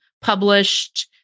published